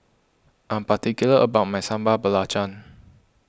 I'm particular about my Sambal Belacan